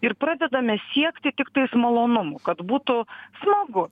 ir pradedame siekti tik tais malonumų kad būtų smagu